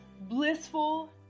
blissful